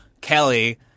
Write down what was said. Kelly